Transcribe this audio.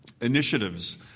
Initiatives